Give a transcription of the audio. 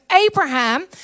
Abraham